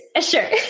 Sure